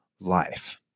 life